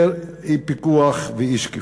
יותר אי-פיקוח ואי-שקיפות.